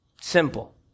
Simple